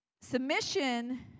Submission